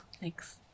Thanks